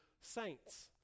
saints